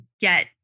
get